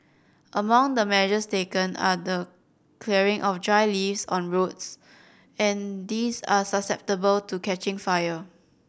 among the measures taken are the clearing of dry leaves on roads and these are susceptible to catching fire